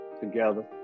together